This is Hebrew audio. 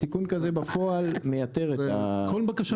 תיקון כזה בפועל, מייתר את החקיקה.